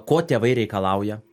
ko tėvai reikalauja